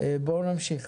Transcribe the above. בואו נמשיך.